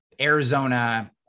Arizona